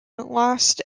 lost